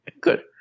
Good